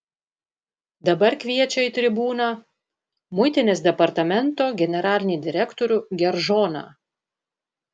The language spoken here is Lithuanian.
dabar kviečia į tribūną muitinės departamento generalinį direktorių geržoną